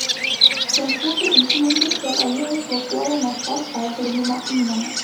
prancūzų ūkininkai dėl aliejaus blokuoja naftos perdirbimo įmones